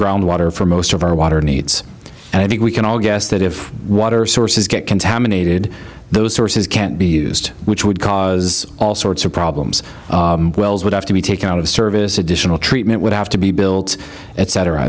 ground water for most of our water needs and i think we can all guess that if water sources get contaminated those sources can't be used which would cause all sorts of problems wells would have to be taken out of service a additional treatment would have to be built et